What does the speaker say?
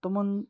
تِمن